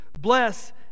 Bless